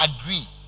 agree